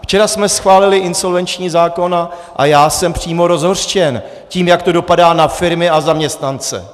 Včera jsme schválili insolvenční zákon a já jsem přímo rozhořčen tím, jak to dopadá na firmy a zaměstnance.